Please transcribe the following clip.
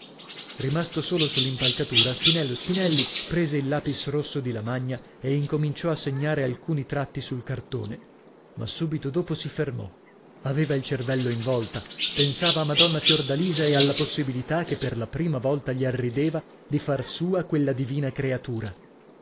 rimasto solo sull'impalcatura spinello spinelli prese il lapis rosso di lamagna e incominciò a segnare alcuni tratti sul cartone ma subito dopo si fermò aveva il cervello in volta pensava a madonna fiordalisa e alla possibilità che per la prima volta gli arrideva di far sua quella divina creatura